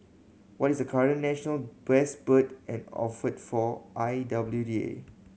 what is the current national best bird and offer for I W D A